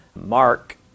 Mark